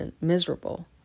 miserable